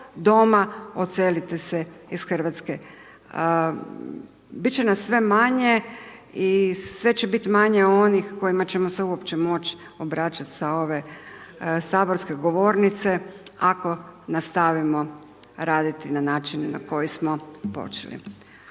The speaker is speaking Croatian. doma odselite se iz Hrvatske. Bit će nas sve manje i sve će bit manje onih kojima ćemo se uopće moć obraćat sa ove saborske gornice ako nastavimo raditi na način na koji smo počeli.